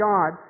God